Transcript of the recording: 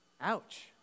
Ouch